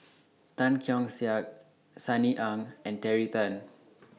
Tan Keong Saik Sunny Ang and Terry Tan